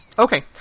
Okay